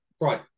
right